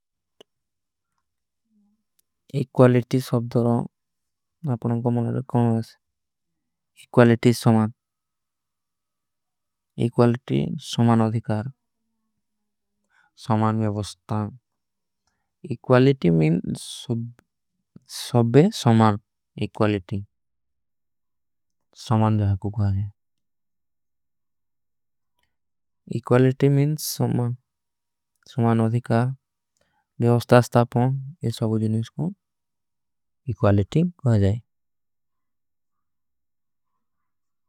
ଇକ୍ଵାଲିଟୀ ସବ୍ଦରୋଂ ଆପକା ମୁଝେ ଅପକା ମୁଝେ କରନା ହୈ। ଇକ୍ଵାଲିଟୀ ସମାନ ଇକ୍ଵାଲିଟୀ ସମାନ ଓଧିକାର ସମାନ। ଵଯଵସ୍ଥା ଇକ୍ଵାଲିଟୀ ମିନ ସବେ। ସମାନ ଇକ୍ଵାଲିଟୀ ସମାନ ଜହକକୁଛ ହୈ ଇକ୍ଵାଲିଟୀ। ମିନ ସମ ସମାନ ଓଧିକାର। ଵଯଵସ୍ଥା ସ୍ଥାପନ ଏସ୍ଵାଭୁଜିନିସ୍କୁ ଇକ୍ଵାଲିଟୀ ମହଜାଈ।